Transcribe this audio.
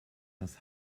das